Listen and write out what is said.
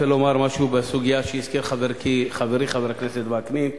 אני רוצה לומר משהו בסוגיה שהזכיר חברי חבר הכנסת וקנין,